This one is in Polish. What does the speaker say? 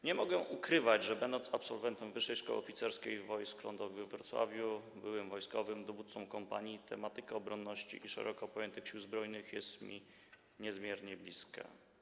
Nie mogę ukrywać, że jako absolwentowi Wyższej Szkoły Oficerskiej Wojsk Lądowych we Wrocławiu, byłem wojskowym dowódcą kompanii, tematyka obronności i szeroko pojętych Sił Zbrojnych jest mi niezmiernie bliska.